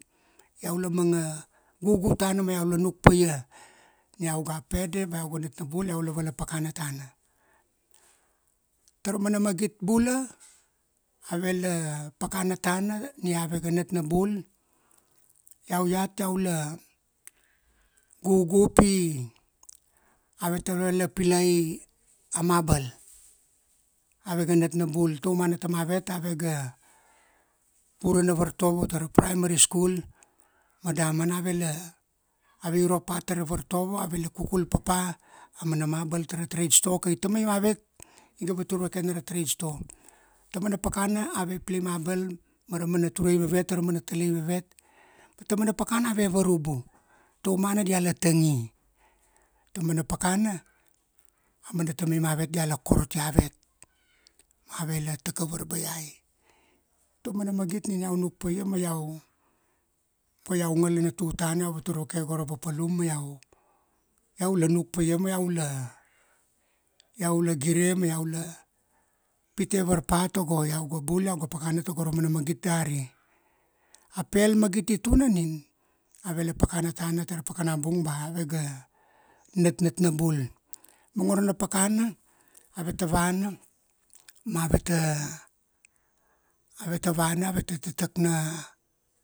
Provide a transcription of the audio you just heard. Iau la manga, gugu tana ma iau la nuk pa ia, ni iau ga pede ba iau ga natnabul, iau la vala pakana tana. Tara mana magit bula avela pakana tana ni avega natnabul, iau iat iau la, gugu pi, aveta vala pilai, a mabal. Avega natnabul. Tauamana tamavet avega, vurana vartovo tara primary school, ma damana avela, ave irop pa tara vartovo, avela kukul papa, a mana mabal tara trade store kai tamai mavet, i ga vatur vake na ra trade store. Taumana pakana ave pilai mabal mara mana turai vevet, taraman talai vevet, ma tauamana pakana ave varubu. Taumana dia la tangi. Taumana pakana aumana tamai mavet diala korot iavet. Avela takap varbaiai. Taumana magit nina iau nuk pa ia, ma iau, pa iau ngalana tutana iau vatur vake go ra papalum ma iau, iau la nuk pa ia ma ia la, iau la gire ma iau la pite varpa togo iau ga bul iau ga pakana tago ra mana magit dari. A pel magiti tuna nin, avela pakana tana tara pakana bung ba avega, natnatnabul. Mongoro na pakana, aveta vana, ma aveta, aveta vana aveta tatak na